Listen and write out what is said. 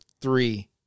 Three